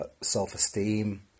self-esteem